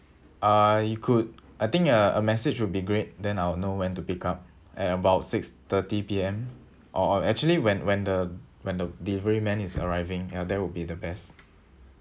I you could I think a a message would be great then I'll know when to pick up at about six thirty P_M or or actually when when the when the delivery man is arriving uh that would be the best